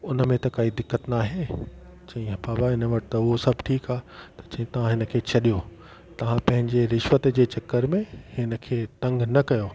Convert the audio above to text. उनमें त काई दिक़त न आहे चईं हा बाबा हिन वटि त उहो सभु ठीकु आहे चईं तव्हां हिन खे छॾियो तव्हां पंहिंजे रिश्वत जे चकर में हिन खे तंग न कयो